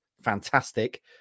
Fantastic